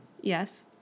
Yes